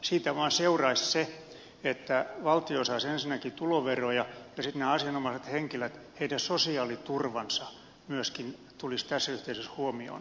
siitä vain seuraisi se että valtio saisi ensinnäkin tuloveroja ja toiseksi asianomaisten henkilöiden sosiaaliturva myöskin tulisi tässä yhteydessä otetuksi huomioon